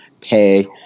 pay